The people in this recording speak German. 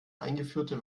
eingeführte